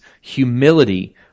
humility